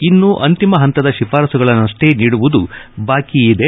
ಇನ್ನು ಅಂತಿಮ ಹಂತದ ಶಿಫಾರಸುಗಳನ್ನಷ್ಟೇ ನೀಡುವುದು ಬಾಕಿ ಇದೆ